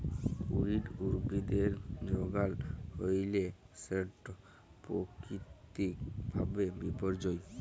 weed উদ্ভিদের যগাল হ্যইলে সেট পাকিতিক ভাবে বিপর্যয়ী